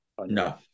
no